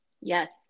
yes